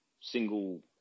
single